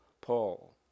Paul